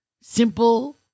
simple